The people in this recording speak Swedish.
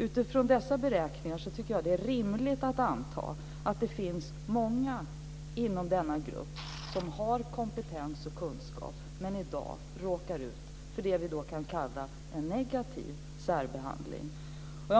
Utifrån dessa beräkningar är det rimligt att anta att det finns många inom denna grupp som har kompetens och kunskap men i dag råkar ut för det vi kan kalla en negativ särbehandling. Det